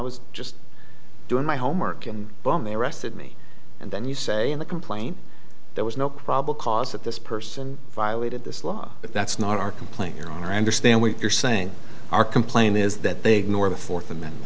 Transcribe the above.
was just doing my homework and boom they arrested me and then you say in the complaint there was no probable cause that this person violated this law but that's not our complaint your honor i understand what you're saying our complaint is that they ignore the fourth amendment